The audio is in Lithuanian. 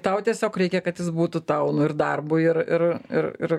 tau tiesiog reikia kad jis būtų tau nu ir darbui ir ir ir ir